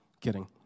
Kidding